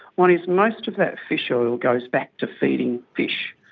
one is, most of that fish oil goes back to feeding fish.